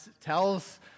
tells